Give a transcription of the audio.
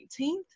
18th